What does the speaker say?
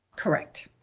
correct.